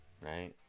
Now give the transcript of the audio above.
Right